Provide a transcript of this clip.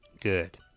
Good